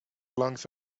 lungs